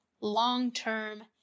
long-term